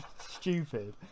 stupid